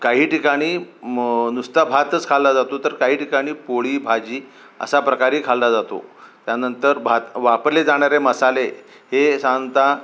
काही ठिकाणी मग नुसता भातच खाल्ला जातो तर काही ठिकाणी पोळी भाजी असा प्रकारही खाल्ला जातो त्यानंतर भात वापरले जाणारे मसाले हे साधारणतः